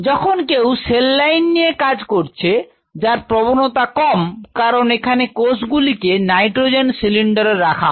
যখন কেউ cell line নিয়ে কাজ করছে যার প্রবণতা কম কারণ এখানে কোষগুলিকে নাইট্রোজেন সিলিন্ডারে রাখা হয়